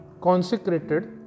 Consecrated